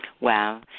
Wow